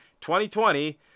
2020